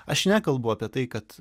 aš nekalbu apie tai kad